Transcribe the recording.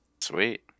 Sweet